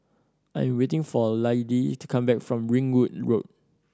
I'm waiting for Lidie to come back from Ringwood Road